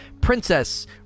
princess